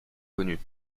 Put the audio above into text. connus